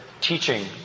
teaching